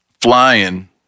flying